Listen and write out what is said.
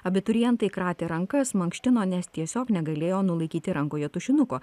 abiturientai kratė rankas mankštino nes tiesiog negalėjo nulaikyti rankoje tušinuko